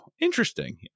interesting